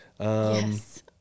Yes